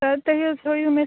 تُہۍ حظ ہٲیو مےٚ